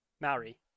Maori